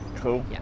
Cool